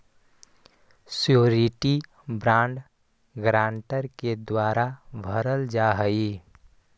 surety bond guarantor के द्वारा भरल जा हइ